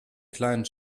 kleinen